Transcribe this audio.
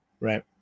Right